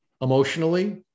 emotionally